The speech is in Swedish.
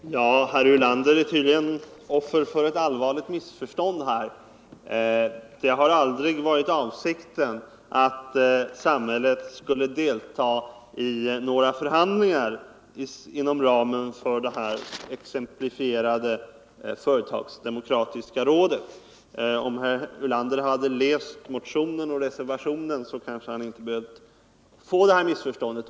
Herr talman! Herr Ulander har tydligen blivit offer för ett allvarligt missförstånd. Det har aldrig varit avsikten att samhället skall delta i några förhandlingar inom ramen för det exemplifierade företagsdemokratiska rådet. Om herr Ulander hade läst motionen och reservationen kanske han inte hade råkat ut för det missförståndet.